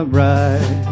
right